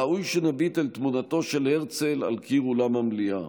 ראוי שנביט בתמונתו של הרצל על קיר אולם המליאה.